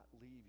leave